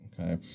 okay